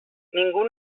ningú